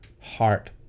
heart